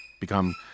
become